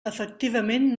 efectivament